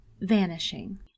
vanishing